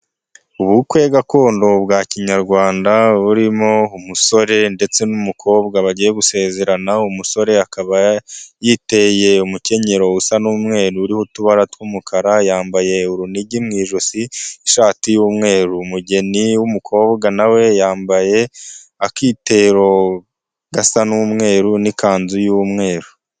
Ubukwe gakondo bwa kinyarwanda burimo umusore ndetse n'umukobwa bagiye gusezerana, umusore akaba yiteye umukenyero usa n'umweru uriho utubara tw'umukara, yambaye urunigi mu ijosi, ishati y'umweru, umugeni w'umukobwa na we yambaye akitero gasa n'umweru n'ikanzu y'umweru.